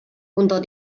unter